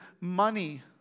Money